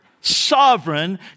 Sovereign